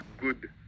good